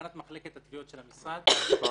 מחלקת התביעות של המשרד --- המספר